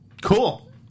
Cool